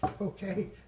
okay